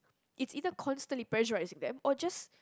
it's either constantly pressurising them or just